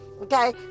Okay